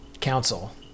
council